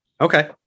Okay